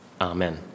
Amen